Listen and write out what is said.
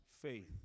faith